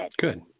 Good